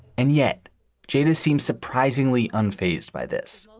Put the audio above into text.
and yet jenna seems surprisingly unfazed by this.